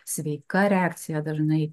sveika reakcija dažnai